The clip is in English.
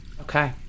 Okay